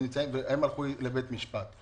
הם הלכו לבית משפט.